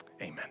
Amen